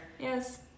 Yes